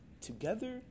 together